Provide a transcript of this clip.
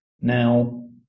Now